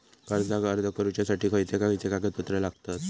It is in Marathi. कर्जाक अर्ज करुच्यासाठी खयचे खयचे कागदपत्र लागतत